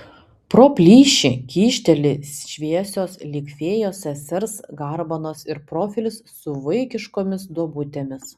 pro plyšį kyšteli šviesios lyg fėjos sesers garbanos ir profilis su vaikiškomis duobutėmis